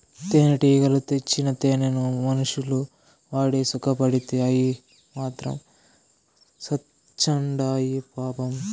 తేనెటీగలు తెచ్చిన తేనెను మనుషులు వాడి సుకపడితే అయ్యి మాత్రం సత్చాండాయి పాపం